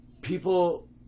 People